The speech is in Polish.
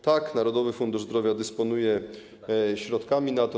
Tak, Narodowy Fundusz Zdrowia dysponuje środkami na to.